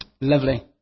Lovely